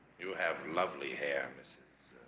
you have lovely hair mrs